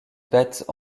battent